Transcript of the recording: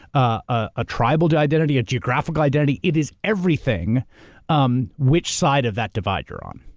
a tribal yeah identity, a geographical identity, it is everything um which side of that divide you're on.